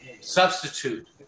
substitute